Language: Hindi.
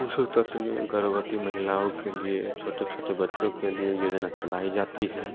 प्रसवोत्तर में गर्भवती महिलाओं के लिए छोटे छोटे बच्चो के लिए योजना चलाई जाती हैं